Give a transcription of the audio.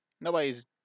Nobody's